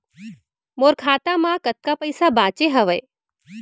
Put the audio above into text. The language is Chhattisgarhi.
मोर खाता मा कतका पइसा बांचे हवय?